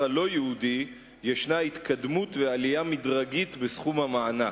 הלא-יהודי יש התקדמות ועלייה מדרגית בסכום המענק.